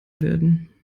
werden